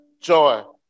Joy